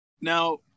Now